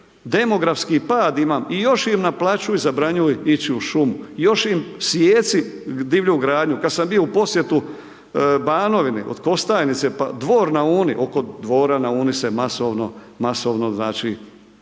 demografski pad ima i još im naplaćuju i zabranjuju ići u šumu, još im sijeci divlju gradnju. Kada sam bio u posjeti Banovini od Kostajnice, pa Dvor na Uni, oko Dvora na Uni se masovno siječe.